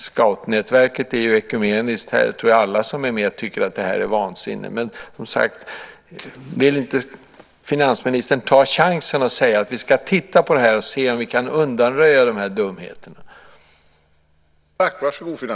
Scoutnätverket är ekumeniskt, och jag tror att alla som är med tycker att det är vansinne. Men vill inte finansministern ta chansen och säga att vi ska titta på detta och se om vi kan undanröja dumheterna?